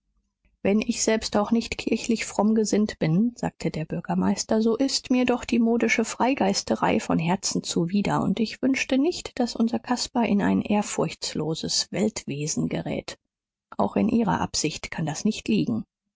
wenn ich selbst auch nicht kirchlich fromm gesinnt bin sagte der bürgermeister so ist mir doch die modische freigeisterei von herzen zuwider und ich wünschte nicht daß unser caspar in ein ehrfurchtsloses weltwesen gerät auch in ihrer absicht kann das nicht liegen